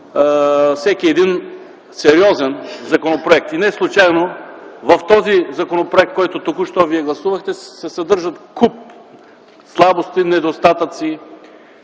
всеки един сериозен законопроект. И неслучайно в този законопроект, който току-що вие гласувахте, се съдържат куп слабости и недостатъци.